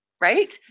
right